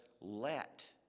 let